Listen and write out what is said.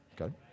okay